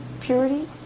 purity